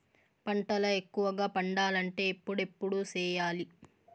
పంటల ఎక్కువగా పండాలంటే ఎప్పుడెప్పుడు సేయాలి?